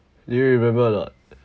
do you remember or not